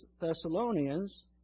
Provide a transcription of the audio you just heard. Thessalonians